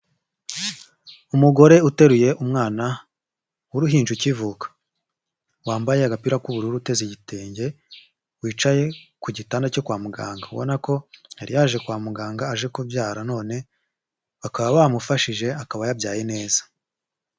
Umugore uteruye umwana w'uruhinja ukivuka wambaye agapira k'ubururu uteze igitenge wicaye ku gitanda cyo kwa muganga, ubona ko yari yaje kwa muganga aje kubyara none bakaba bamufashije akaba yabyaye neza.